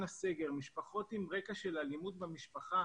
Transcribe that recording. משפחות עם רקע של אלימות במשפחה